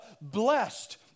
blessed